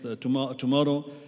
tomorrow